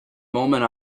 moment